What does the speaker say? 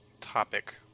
topic